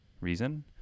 reason